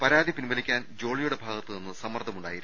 പരാതി പിൻവലിക്കാൻ ജോളിയുടെ ഭാഗ ത്തുനിന്ന് സമ്മർദ്ദമുണ്ടായിരുന്നു